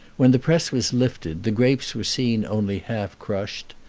when the press was lifted, the grapes were seen only half crushed.